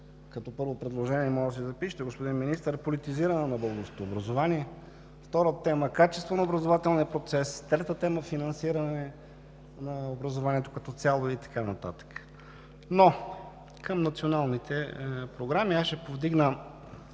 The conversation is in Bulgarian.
Като първо предложение можете да си запишете, господин Министър, политизиране на българското образование; втора тема – качество на образователния процес; трета тема – финансиране на образованието като цяло, и така нататък. Към националните програми ще повдигна